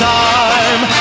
time